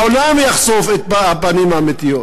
העולם יחשוף את הפנים האמיתיות.